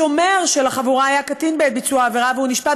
השומר של החבורה היה קטין בעת ביצוע העבירה והוא נשפט